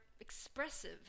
expressive